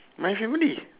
my family